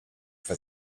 for